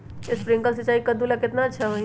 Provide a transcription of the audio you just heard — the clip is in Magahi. स्प्रिंकलर सिंचाई कददु ला केतना अच्छा होई?